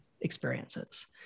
experiences